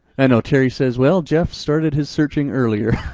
and terry says, well, geoff started his searching earlier.